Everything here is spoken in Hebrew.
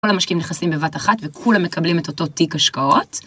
‫כל המשקיעים נכנסים בבת אחת ‫וכולם מקבלים את אותו תיק השקעות.